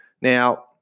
Now